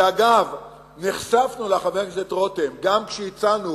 ואגב, נחשפנו לה, חבר הכנסת רותם, גם כשהצענו